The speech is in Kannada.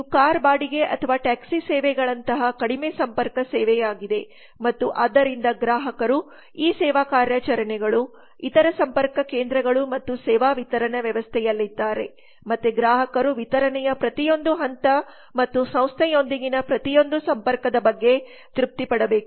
ಇದು ಕಾರು ಬಾಡಿಗೆ ಅಥವಾ ಟ್ಯಾಕ್ಸಿ ಸೇವೆಗಳಂತಹ ಕಡಿಮೆ ಸಂಪರ್ಕ ಸೇವೆಯಾಗಿದೆ ಮತ್ತು ಆದ್ದರಿಂದ ಗ್ರಾಹಕರು ಈ ಸೇವಾ ಕಾರ್ಯಾಚರಣೆಗಳು ಇತರ ಸಂಪರ್ಕ ಕೇಂದ್ರಗಳು ಮತ್ತು ಸೇವಾ ವಿತರಣಾ ವ್ಯವಸ್ಥೆಯಲ್ಲಿದ್ದಾರೆ ಮತ್ತೆ ಗ್ರಾಹಕರು ವಿತರಣೆಯ ಪ್ರತಿಯೊಂದು ಹಂತ ಮತ್ತು ಸಂಸ್ಥೆಯೊಂದಿಗಿನ ಪ್ರತಿಯೊಂದು ಸಂಪರ್ಕದ ಬಗ್ಗೆ ತೃಪ್ತಿಪಡಬೇಕು